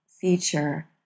feature